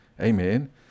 amen